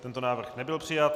Tento návrh nebyl přijat.